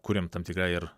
kuriam tam tikrą ir